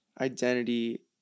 identity